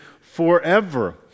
forever